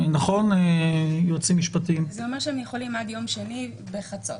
זה אומר שהם יכולים עד יום שני בחצות.